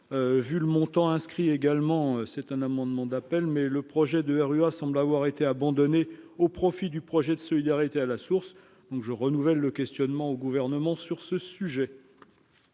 vu le montant inscrit également c'est un amendement d'appel mais le projet de semble avoir été abandonnée au profit du projet de solidarité à la source, donc je renouvelle le questionnement au gouvernement sur ce sujet.